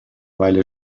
weile